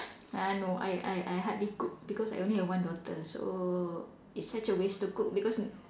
uh no I I I hardly cook because I only have one daughter so it's such a waste to cook because